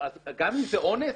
גם אם זה אונס?